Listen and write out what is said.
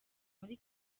muri